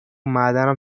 معدنم